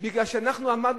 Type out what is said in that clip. לכל הנושא הזה,